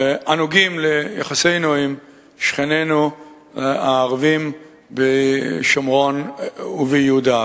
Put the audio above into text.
הנוגעות ליחסינו עם שכנינו הערבים בשומרון וביהודה,